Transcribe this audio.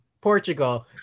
Portugal